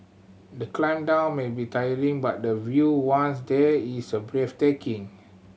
the climb down may be tiring but the view once there is a breathtaking